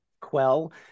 quell